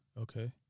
okay